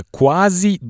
quasi